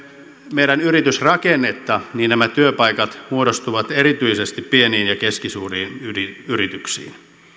meidän yritysrakennettamme niin nämä työpaikat muodostuvat erityisesti pieniin ja keskisuuriin yrityksiin